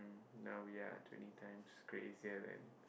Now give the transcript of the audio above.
now we are twenty times crazier than